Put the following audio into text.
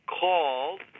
called